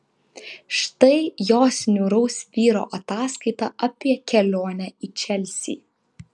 štai jos niūraus vyro ataskaita apie kelionę į čelsį